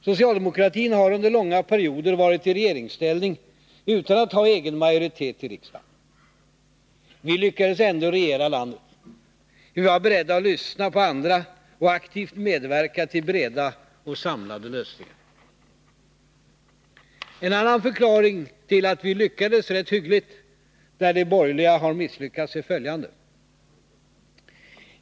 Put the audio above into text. Socialdemokratin har under långa perioder varit i regeringsställning utan att ha egen majoritet i riksdagen. Vi lyckades ändå regera landet. Vi var beredda att lyssna på andra och aktivt medverka till breda och samlande lösningar. En annan förklaring till att vi lyckades rätt hyggligt där de borgerliga har misslyckats är följande.